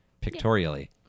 pictorially